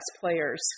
Players